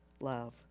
love